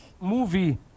movie